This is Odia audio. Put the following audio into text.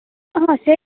ହଁ ହଁ ସେଇ